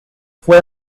fue